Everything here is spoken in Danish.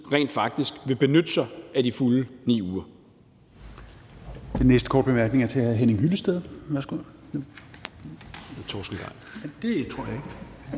rent faktisk vil benytte sig af de fulde 9 uger.